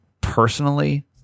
personally